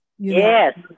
Yes